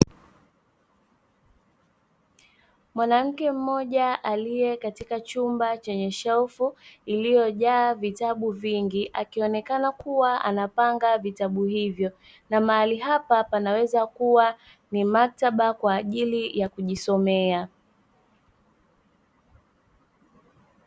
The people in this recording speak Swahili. Mwanamke mmoja aliye kwenye chumba chenye shelfu iliyojaa vitabu vingi, akionekana kuwa anapanga vitabu hivyo na mahali hapa panaweza kuwa ni maktaba kwa ajili ya kujisomea.